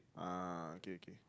ah okay okay